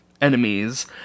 enemies